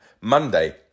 monday